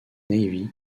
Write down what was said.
navy